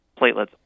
Platelets